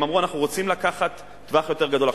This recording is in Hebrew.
והם אמרו: אנחנו רוצים לקחת טווח יותר גדול.